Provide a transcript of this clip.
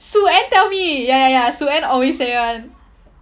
sue anne tell me ya ya ya sue anne always say [one]